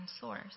source